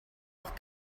auch